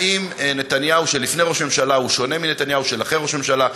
האם נתניהו של לפני ראש הממשלה הוא שונה מנתניהו של אחרי ראש הממשלה,